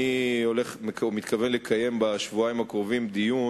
אני מתכוון לקיים בשבועיים הקרובים דיון